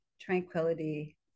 tranquility